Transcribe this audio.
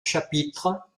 chapitre